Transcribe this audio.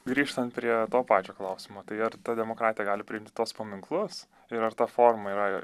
grįžtant prie to pačio klausimo tai ar ta demokratija gali priimti tuos paminklus ir ar ta forma yra